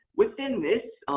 within this,